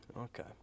Okay